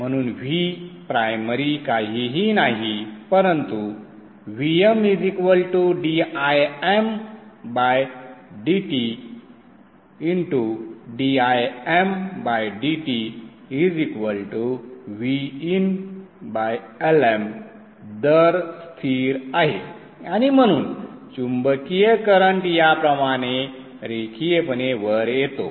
म्हणून V primary काहीही नाही परंतु Vmdimdt dimdtVinLm दर स्थिर आहे आणि म्हणून चुंबकीय करंट याप्रमाणे रेखीयपणे वर येतो